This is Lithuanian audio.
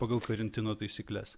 pagal karantino taisykles